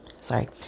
sorry